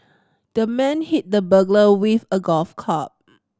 the man hit the burglar with a golf club